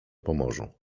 pomorzu